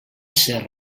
ser